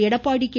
Edappadi K